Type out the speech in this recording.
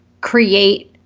create